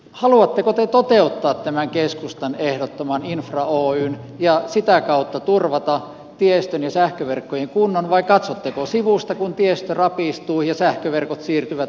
haluatteko te toteuttaa tämän keskustan ehdottaman infra oyn ja sitä kautta turvata tiestön ja sähköverkkojen kunnon vai katsotteko sivusta kun tiestö rapistuu ja sähköverkot siirtyvät ulkomaisiin käsiin